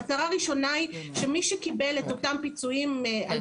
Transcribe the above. מטרה ראשונה היא שמי שקיבל את אותם פיצויים על